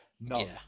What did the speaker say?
No